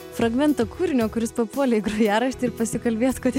fragmentą kūrinio kuris papuolė į grojaraštį ir pasikalbėt kodėl